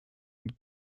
und